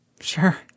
sure